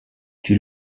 die